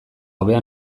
hobea